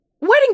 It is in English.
wedding